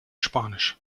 spanisch